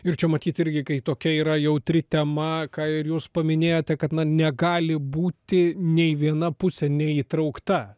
ir čia matyt irgi kai tokia yra jautri tema ką ir jūs paminėjote kad na negali būti nei viena pusė neįtraukta